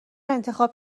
انتخاب